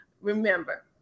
remember